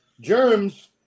Germs